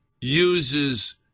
uses